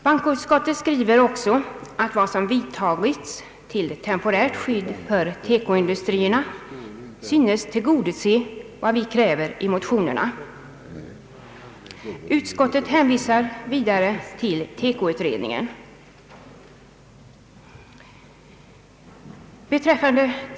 Bankoutskottet skriver att de åtgärder som har vidtagits till skydd för textiloch konfektionsindustrierna synes tillgodose vad vi kräver i motionerna. Utskottet hänvisar vidare till TEKO-utredningen.